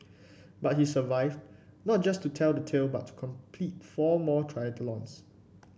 but he survived not just to tell the tale but to complete four more triathlons